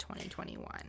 2021